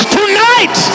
tonight